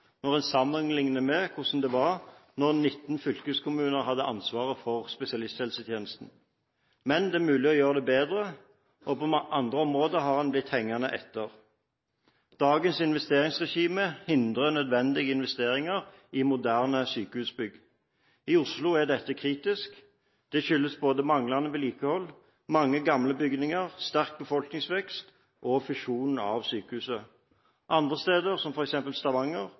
når en sammenlikner med hvordan det var da 19 fylkeskommuner hadde ansvaret for spesialisthelsetjenesten. Men det er mulig å gjøre det bedre, og på noen områder har en blitt hengende etter. Dagens investeringsregime hindrer nødvendige investeringer i moderne sykehusbygg. I Oslo er dette kritisk. Det skyldes både manglende vedlikehold, mange gamle bygninger, sterk befolkningsvekst og fusjonen av sykehusene. Andre steder, som i Stavanger,